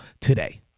today